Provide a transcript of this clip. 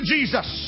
Jesus